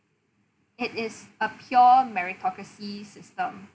it is a pure meritocracy system